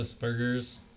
burgers